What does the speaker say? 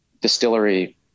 distillery